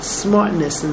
smartness